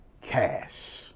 cash